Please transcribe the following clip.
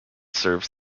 serves